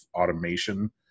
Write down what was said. automation